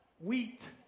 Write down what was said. Wheat